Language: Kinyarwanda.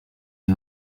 iyi